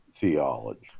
theology